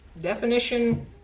definition